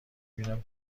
بینم